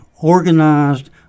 organized